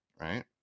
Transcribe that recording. right